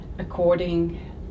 according